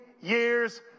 years